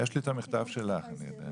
יש לי את המכתב שלך, אני יודע.